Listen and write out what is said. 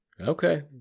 Okay